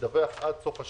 לדווח עד סוף השנה,